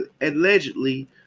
allegedly